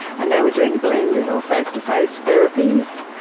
and they were doing blended or face-to-face therapies,